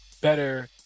better